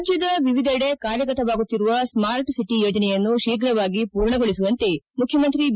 ರಾಜ್ಯದ ವಿವಿಧೆಡೆ ಕಾರ್ಯಗತವಾಗುತ್ತಿರುವ ಜಾಲನೆ ನೀಡಿರುವ ಸಾರ್ಟ್ ಸಿಟಿ ಯೋಜನೆಯನ್ನು ಶೀಘವಾಗಿ ಪೂರ್ಣಗೊಳಿಸುವಂತೆ ಮುಖ್ಯಮಂತ್ರಿ ಬಿ